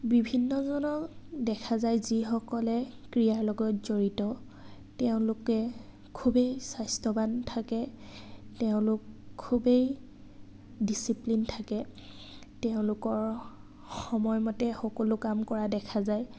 বিভিন্নজনক দেখা যায় যিসকলে ক্ৰীড়াৰ লগত জড়িত তেওঁলোকে খুবেই স্বাস্থ্যৱান থাকে তেওঁলোক খুবেই ডিচিপ্লিন থাকে তেওঁলোকৰ সময়মতে সকলো কাম কৰা দেখা যায়